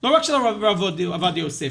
לא רק של הרב עובדיה יוסף,